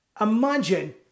imagine